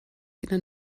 ihnen